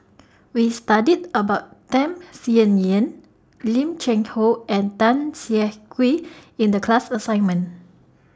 We studied about Tham Sien Yen Lim Cheng Hoe and Tan Siah Kwee in The class assignment